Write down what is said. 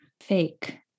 fake